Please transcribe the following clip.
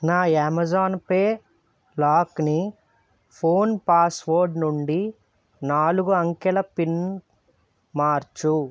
నా Amazon Pay లాక్ని phone password నుండి నాలుగు అంకెల పిన్కి మార్చు